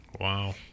Wow